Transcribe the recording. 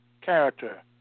character